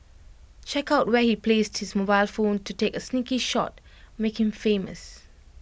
check out where he placed his mobile phone to take A sneaky shot make him famous